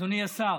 אדוני השר,